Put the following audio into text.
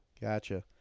gotcha